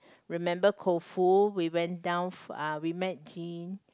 remember Koufu we went down uh we met Jean